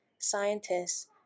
scientists